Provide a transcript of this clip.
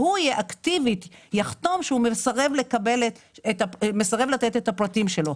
שהוא אקטיבית יחתום שהוא מסרב לתת את הפרטים שלו.